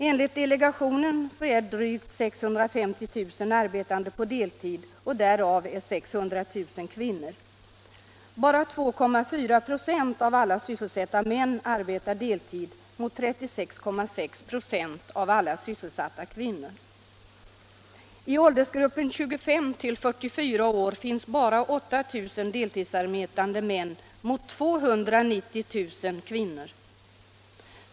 Enligt delegationen arbetar drygt 650 000 personer på deltid, och därav är 600 000 kvinnor. Bara 2,4 96 av alla sysselsatta män arbetar deltid mot 36,6 96 av alla sysselsatta kvinnor. I åldersgruppen 25-44 år finns bara 8 000 deltidsarbetande män mot 290 000 kvinnor.